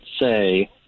say